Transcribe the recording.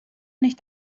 nicht